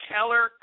Keller